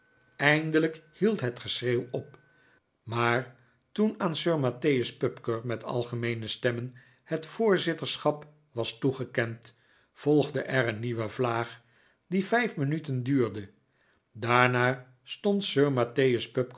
eindelijk hield het geschreeuw op maar toen aan sir mattheus pupker met algemeene stemmen het voorzitterschap was toegekend volgde er een nieuwe vlaag die vijf minuten duurde daarna stond sir